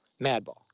Madball